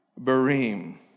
barim